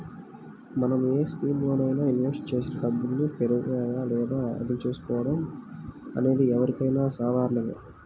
మనం ఏ స్కీములోనైనా ఇన్వెస్ట్ చేసిన డబ్బుల్ని పెరిగాయా లేదా అని చూసుకోవడం అనేది ఎవరికైనా సాధారణమే